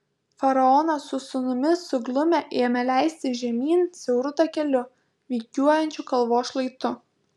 faraonas su sūnumi suglumę ėmė leistis žemyn siauru takeliu vingiuojančiu kalvos šlaitu